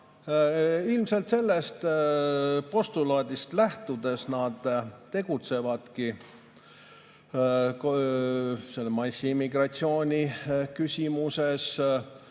Ilmselt sellest postulaadist lähtudes nad tegutsevadki massiimmigratsiooni küsimuses,